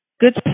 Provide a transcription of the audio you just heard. good